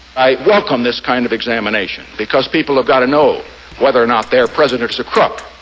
i welcome this kind of examination because people have got to know whether or not their president crook.